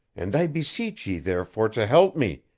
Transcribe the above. and i beseech ye therefore to help me,